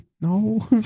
No